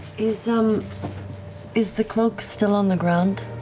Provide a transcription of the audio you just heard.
is um is the cloak still on the ground?